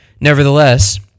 Nevertheless